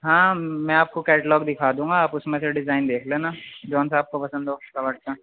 ہاں میں آپ کو کیٹلگ دکھا دوں گا آپ اس میں سے ڈیزائن دیکھ لینا جون سا آپ کو پسند ہو کاٹ کا